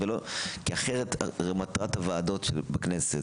הרי מטרת הוועדות בכנסת,